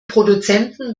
produzenten